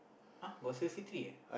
uh got sixty three eh